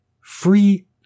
free